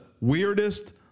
weirdest